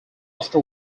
after